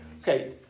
Okay